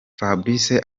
fabrice